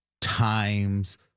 times